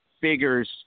figures